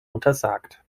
untersagt